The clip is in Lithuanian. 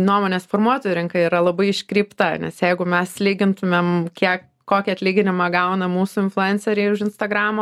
nuomonės formuotojų rinka yra labai iškreipta nes jeigu mes lygintumėm kiek kokį atlyginimą gauna mūsų influenceriai už instagramo